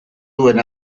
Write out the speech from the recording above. duen